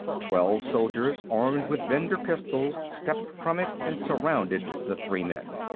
twelve soldiers, armed with bender pistols, stepped from it and surrounded the three men.